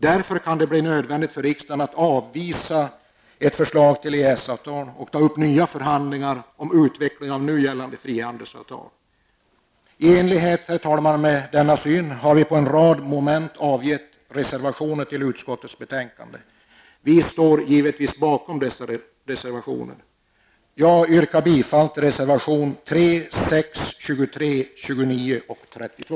Därför kan det bli nödvändigt för riksdagen att avvisa ett förslag till EES-avtal och ta upp nya förhandlingar om utveckling av nu gällande frihandelsavtal. Herr talman! I enlighet med denna syn har vi beträffande en rad moment avgett reservationer till utskottets betänkande. Vi står givetvis bakom dessa reservationer. Jag yrkar bifall till reservationerna nr 3, 6, 23, 29 och 32.